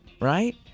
Right